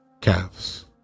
calves